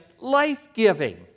life-giving